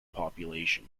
population